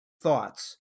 thoughts